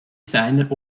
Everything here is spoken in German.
seiner